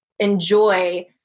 enjoy